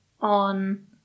on